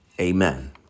Amen